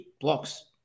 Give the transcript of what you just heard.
blocks